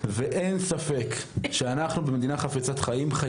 ואין ספק שאנחנו במדינה חפצת חיים,